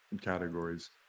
categories